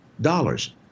dollars